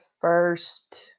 first